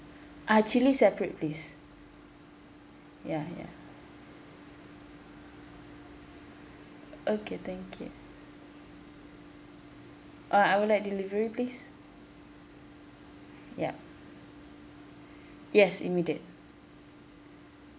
uh chili separate please ya ya okay thank you uh I would llike delivery please yup yes immediate